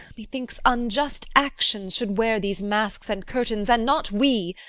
methinks unjust actions should wear these masks and curtains, and not we.